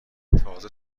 تازه